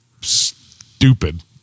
stupid